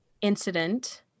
incident